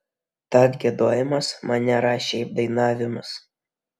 tad giedojimas man nėra šiaip dainavimas